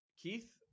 Keith